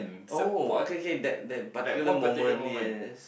oh okay okay that that particular moment yes